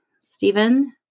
Stephen